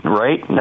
right